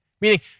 Meaning